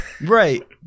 right